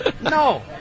No